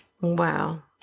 Wow